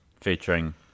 Featuring